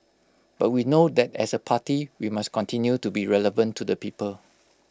but we know that as A party we must continue to be relevant to the people